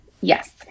Yes